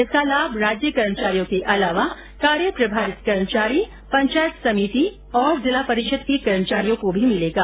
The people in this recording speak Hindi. इसका लाभ राज्य कर्मचारियों के अलावा कार्य प्रभारित कर्मचारी पंचायत समिति और जिला परिषद के कर्मचारियों को भी मिलेगा